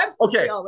Okay